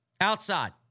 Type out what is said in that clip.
outside